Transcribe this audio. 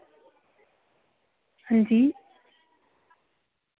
अंजी